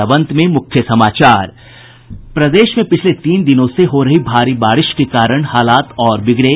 और अब अंत में मुख्य समाचार प्रदेश में पिछले तीन दिनों से हो रही भारी बारिश के कारण हालात और बिगड़े